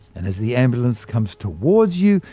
and as the ambulance comes towards you,